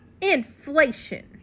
Inflation